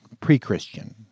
pre-Christian